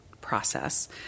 process